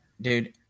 dude